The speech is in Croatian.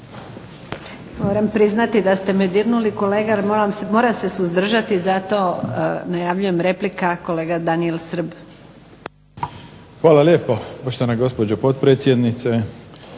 Moram priznati da ste me dirnuli kolega, jer moram se suzdržati. Zato najavljujem replika kolega Daniel Srb. **Srb, Daniel (HSP)** Hvala lijepo poštovana gospođo potpredsjednice.